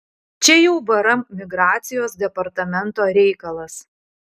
čia jau vrm migracijos departamento reikalas